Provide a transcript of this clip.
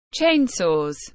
Chainsaws